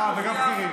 אה, וגם בכירים.